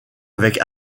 avec